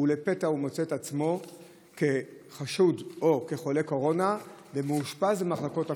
ולפתע הוא מוצא את עצמו כחשוד או כחולה קורונה ומאושפז במחלקות הקורונה.